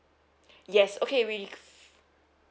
yes okay we